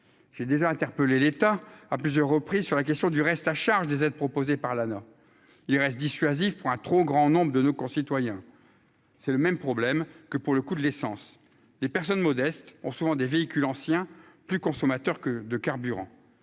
j'ai déjà interpellé l'État à plusieurs reprises sur la question du reste à charge des aides proposées par l'Anaes, il reste dissuasif pour un trop grand nombre de nos concitoyens, c'est le même problème que pour le coût de l'essence, les personnes modestes ont souvent des véhicules anciens plus consommateurs que de carburant,